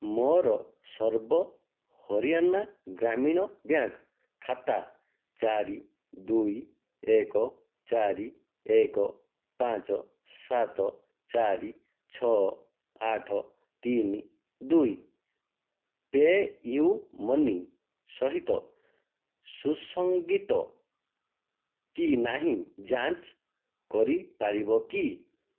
ମୋର ସର୍ବ ହରିୟାନା ଗ୍ରାମୀଣ ବ୍ୟାଙ୍କ୍ ଖାତା ଚାରି ଦୁଇ ଏକ ଚାରି ଏକ ପାଞ୍ଚ ସାତ ଚାରି ଛଅ ଆଠ ତିନି ଦୁଇ ପେୟୁ ମନି ସହିତ ସୁସଙ୍ଗତ କି ନାହିଁ ଯାଞ୍ଚ କରିପାରିବ କି